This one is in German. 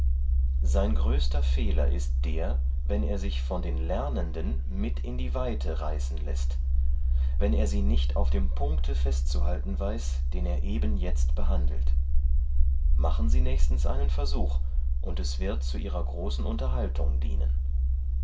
sein größter fehler ist der wenn er sich von den lernenden mit in die weite reißen läßt wenn er sie nicht auf dem punkte festzuhalten weiß den er eben jetzt behandelt machen sie nächstens einen versuch und es wird zu ihrer großen unterhaltung dienen